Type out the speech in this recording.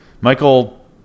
Michael